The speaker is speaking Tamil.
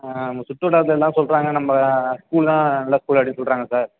ஆ நம்ம சுற்று வட்டாரத்தில் எல்லாம் சொல்கிறாங்க நம்ம ஸ்கூல் தான் நல்ல ஸ்கூல் அப்படின்னு சொல்கிறாங்க சார்